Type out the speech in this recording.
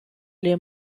les